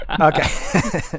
Okay